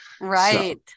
Right